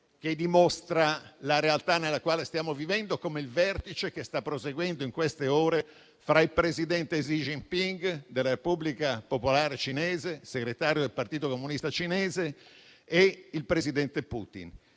che dimostri la realtà nella quale stiamo vivendo come il vertice che sta proseguendo in queste ore fra il presidente Xi Jinping della Repubblica popolare cinese, segretario del Partito comunista cinese, e il presidente Putin.